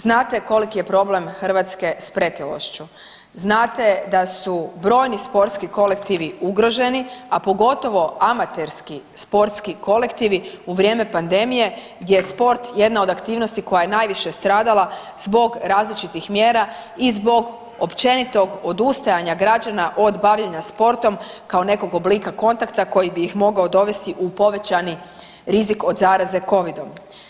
Znate koliki je problem Hrvatske s pretilošću, znate da su brojni sportski kolektivi ugroženi, a pogotovo amaterski sportski kolektivi u vrijeme pandemije gdje je sport jedna od aktivnosti koja je najviše stradala zbog različitih mjera i zbog općenitog odustajanja građana od bavljenja sportom kao nekog oblika kontakta koji bi ih mogao dovesti u povećani rizik od zaraze covidom.